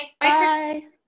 Bye